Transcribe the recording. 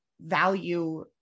value